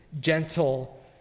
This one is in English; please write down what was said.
gentle